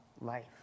life